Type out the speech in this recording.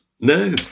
No